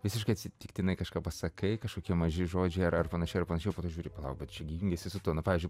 visiškai atsitiktinai kažką pasakai kažkokie maži žodžiai ar ar panašiai ar panašiai o po to žiūri palauk bet čia gi jungiasi su tuo nu pavyzdžiui